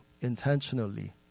intentionally